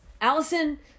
Allison